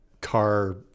car